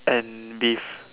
and beef